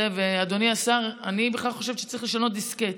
אדוני השר, אני בכלל חושבת שצריך לשנות דיסקט.